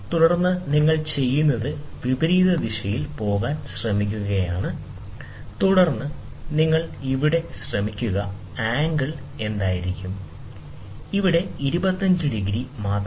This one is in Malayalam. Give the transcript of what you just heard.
തുടർന്ന് നിങ്ങൾ ചെയ്യുന്നത് വിപരീത ദിശയിൽ പോകാൻ ശ്രമിക്കുകയാണ് തുടർന്ന് നിങ്ങൾ ഇവിടെ ശ്രമിക്കുക ആംഗിൾ എന്തായിരിക്കും ഇവിടെ 25 ഡിഗ്രി മാത്രമാണ്